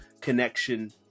connection